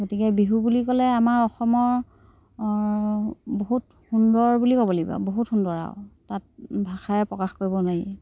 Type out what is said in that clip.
গতিকে বিহু বুলি ক'লে আমাৰ অসমৰ বহুত সুন্দৰ বুলি ক'ব লাগিব বহুত সুন্দৰ আৰু তাক ভাষাৰে প্ৰকাশ কৰিব নোৱাৰি